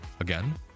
Again